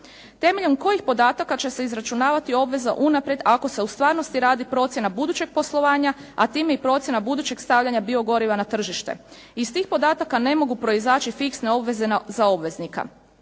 Temeljem kojih podataka će se izračunavati obveza unaprijed ako se u stvarnosti radi procjena budućeg poslovanja a time i procjena budućeg stavljanja biogoriva na tržište. Iz tih podataka ne mogu proizaći fiksne obveze za obveznika.